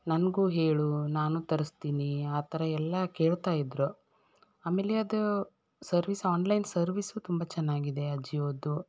ನನಗೂ ಹೇಳು ನಾನೂ ತರಿಸ್ತೀನಿ ಆ ಥರ ಎಲ್ಲ ಕೇಳ್ತಾ ಇದ್ದರು ಆಮೇಲೆ ಅದು ಸರ್ವಿಸ್ ಆನ್ಲೈನ್ ಸರ್ವಿಸೂ ತುಂಬ ಚೆನ್ನಾಗಿದೆ ಅಜಿಯೋದು